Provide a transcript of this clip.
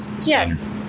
Yes